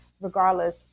regardless